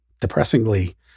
Depressingly